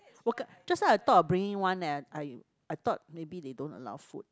just now I thought of bringing one leh I I thought maybe they don't allow food